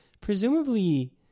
presumably